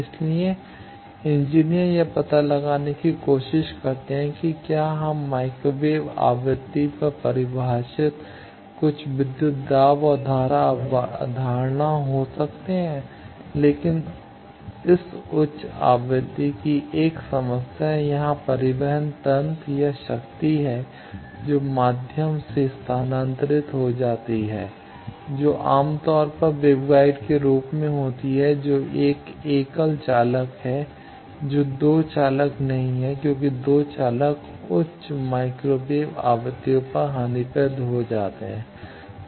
इसलिए इंजीनियर यह पता लगाने की कोशिश करते हैं कि क्या हम माइक्रोवेव आवृत्ति पर परिभाषित कुछ विद्युत दाब और धारा अवधारणा हो सकते हैं लेकिन इस उच्च आवृत्ति की 1 समस्या यहां परिवहन तंत्र या शक्ति है जो माध्यम से स्थानांतरित हो जाती है जो आमतौर पर वेवगाइड के रूप में होती है जो एक एकल चालक हैं जो 2 चालक नहीं हैं क्योंकि 2 चालक उच्च माइक्रोवेव आवृत्तियों पर हानिप्रद हो जाते हैं